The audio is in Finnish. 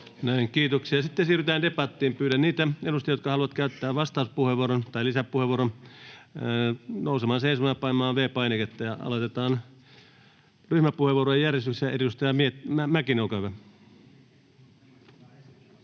kiitoksia. — Sitten siirrytään debattiin. Pyydän niitä edustajia, jotka haluavat käyttää vastauspuheenvuoron tai lisäpuheenvuoron, nousemaan seisomaan ja painamaan V-painiketta. Ja aloitetaan ryhmäpuheenvuorojärjestyksessä. — Edustaja Mäkinen, olkaa hyvä. [Speech